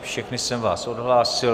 Všechny jsem vás odhlásil.